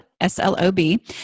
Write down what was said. S-L-O-B